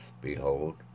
Behold